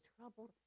troubled